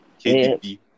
KDP